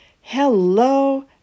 Hello